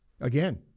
again